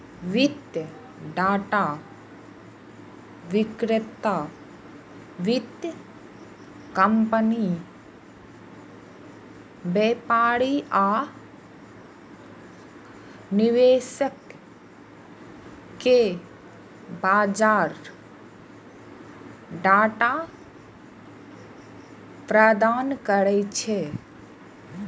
वित्तीय डाटा विक्रेता वित्तीय कंपनी, व्यापारी आ निवेशक कें बाजार डाटा प्रदान करै छै